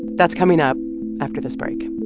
that's coming up after this break